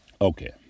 Okay